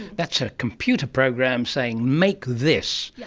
that's a computer program saying make this. yeah